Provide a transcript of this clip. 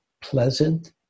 pleasant